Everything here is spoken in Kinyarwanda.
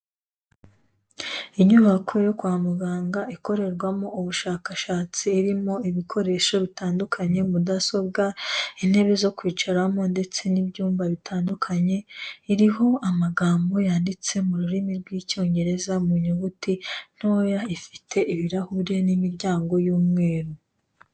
Inyubako yo kwa muganga ikorerwamo ubushakashatsi, irimo ibikoresho bitandukanye, mudasobwa, intebe zo kwicaramo ndetse n'ibyumba bitandukanye, iriho amagambo yanditse mu rurimi rw'Icyongereza yanditse mu nyuguti ntoya, ifite ibirahuri n'imiryango y'umweru.